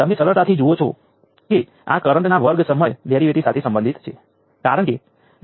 તેથી જો આપણી પાસે બે ટર્મિનલ એલિમેન્ટ્સ હોય